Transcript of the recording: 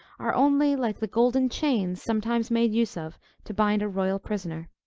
are only like the golden chains sometimes made use of to bind a royal prisoner.